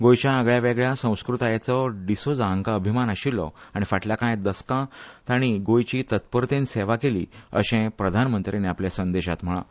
गोंयच्या आगळ्या वेगळ्या संस्कृतायेचो डिसोझा हांका अभिमान आशिऴ्ठो आनी फाटलीं कांय दशकां तांणी गोंयची तत्परतेन सेवा केली अशें प्रधानमंत्र्यांनी आपल्या संदेशांत म्हळां